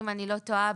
אם אני לא טועה,